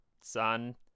son